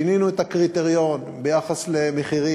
שינינו את הקריטריון ביחס למחירים.